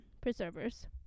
preservers